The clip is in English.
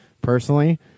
personally